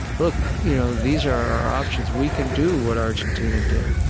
look you know these are our options we can do what argentina did.